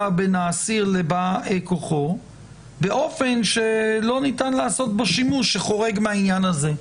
בין האסיר לבא כוחו באופן שלא ניתן לעשות שימוש שחורג מהעניין הזה.